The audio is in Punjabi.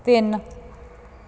ਤਿੰਨ